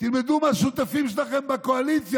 תלמדו מהשותפים שלכם בקואליציה,